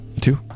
Two